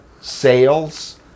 sales